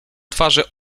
twarze